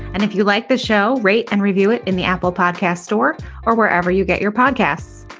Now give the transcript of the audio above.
and if you like the show rate and review it in the apple podcast store or wherever you get your podcasts.